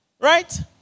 Right